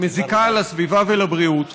ומזיקה לסביבה ולבריאות.